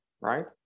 right